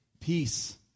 Peace